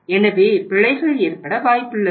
எனவே பிழைகள் ஏற்பட வாய்ப்புள்ளது